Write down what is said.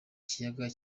kiyaga